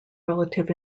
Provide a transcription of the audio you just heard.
relative